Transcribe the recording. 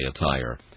attire